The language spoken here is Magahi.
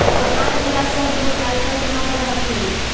कमाय वला सब लोग आयकर जमा कर हथिन